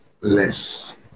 less